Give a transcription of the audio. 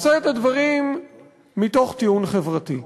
עושה את הדברים מתוך טיעון חברתי.